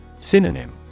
Synonym